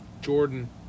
Jordan